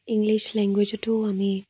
English লেংগুৱেজতো আমি